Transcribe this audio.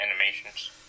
animations